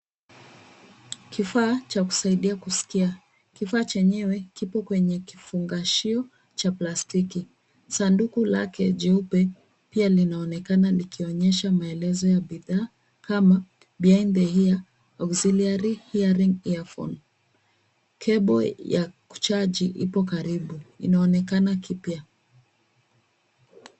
Kifaa cha kusaidia kusikia. Kifaa chenyewe kipo kwenye kifungashio cha plastiki. Sanduku lake jeupe pia linaonekana likionyesha maelezo ya bidhaa kama: behind the ear, auxillary hearing earphone . Cable ya kuchaji ipo karibu. Inaonekana kipya.